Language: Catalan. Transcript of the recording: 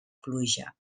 pluja